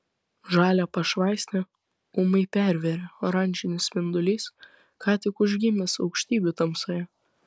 žalią pašvaistę ūmai pervėrė oranžinis spindulys ką tik užgimęs aukštybių tamsoje